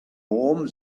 home